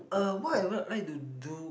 uh what I would like to do